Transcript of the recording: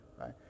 right